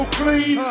clean